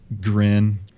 grin